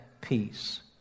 peace